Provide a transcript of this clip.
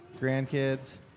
Grandkids